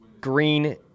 Green